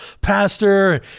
pastor